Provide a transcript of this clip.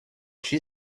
she